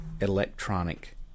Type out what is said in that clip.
electronic